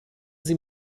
sie